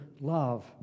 love